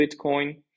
Bitcoin